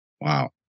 Wow